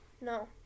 no